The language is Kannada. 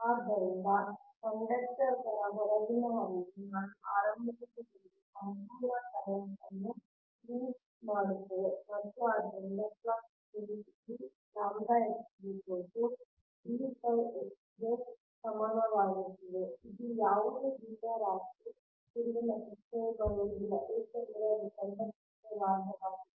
ಆದ್ದರಿಂದ ಕಂಡಕ್ಟರ್ ಗಳ ಹೊರಗಿನ ಹರಿವು ನಾನು ಆರಂಭದಲ್ಲಿ ಹೇಳಿದ ಸಂಪೂರ್ಣ ಕರೆಂಟ್ ನ್ನು ಲಿಂಕ್ ಮಾಡುತ್ತದೆ ಮತ್ತು ಆದ್ದರಿಂದ ಫ್ಲಕ್ಸ್ ಲಿಂಕ್ d𝝺x dΦx ಗೆ ಸಮಾನವಾಗಿರುತ್ತದೆ ಇಲ್ಲಿ ಯಾವುದೇ ಭಿನ್ನರಾಶಿ ತಿರುವಿನ ಪ್ರಶ್ನೆಯು ಬರುವುದಿಲ್ಲ ಏಕೆಂದರೆ ಅದು ಕಂಡಕ್ಟರ್ ಗೆ ಬಾಹ್ಯವಾಗಿದೆ